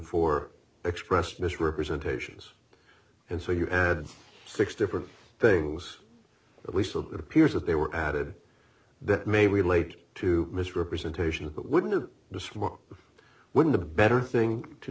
for expressed misrepresentations and so you had six different things at least it appears that they were added that may relate to misrepresentation but wouldn't have to smoke wouldn't a better thing to